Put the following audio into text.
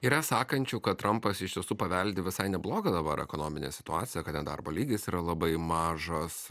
yra sakančių kad trampas iš tiesų paveldi visai neblogą dabar ekonominę situaciją kad nedarbo lygis yra labai mažas